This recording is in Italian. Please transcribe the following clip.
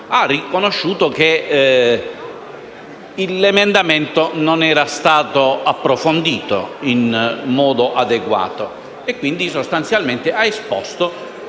ha riconosciuto che l'emendamento non era stato approfondito in modo adeguato e quindi, sostanzialmente, ha esposto